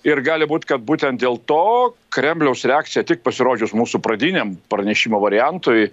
ir gali būti kad būtent dėl to kremliaus reakcija tik pasirodžius mūsų pradiniam pranešimo variantui